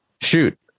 shoot